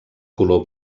color